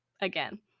again